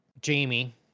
Jamie